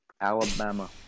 Alabama